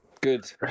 good